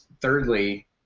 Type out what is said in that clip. Thirdly